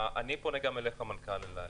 אני פונה גם אליך, מנכ"ל אל על.